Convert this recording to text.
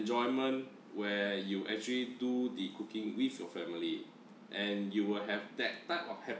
enjoyment where you actually do the cooking with your family and you will have that type of happiness